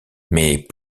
mais